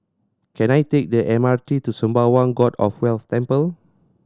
can I take the M R T to Sembawang God of Wealth Temple